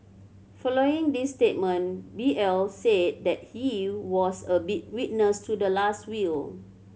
following this statement B L said that he was a witness to the last will